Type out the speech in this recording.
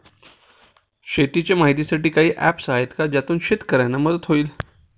शेतीचे माहितीसाठी काही ऍप्स आहेत का ज्यातून शेतकऱ्यांना मदत होईल?